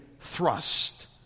thrust